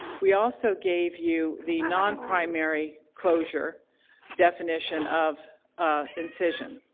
we also gave you the non-primary closure definition of incision.